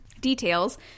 details